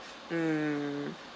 mm